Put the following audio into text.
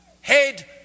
Head